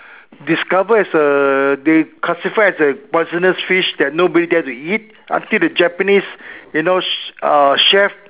discover as a they classify as a poisonous fish that nobody dare to eat until the Japanese you know uh chef